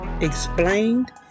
explained